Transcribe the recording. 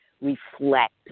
reflect